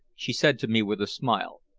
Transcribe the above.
she said to me with a smile.